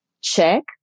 check